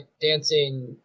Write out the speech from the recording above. dancing